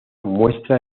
muestra